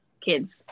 Kids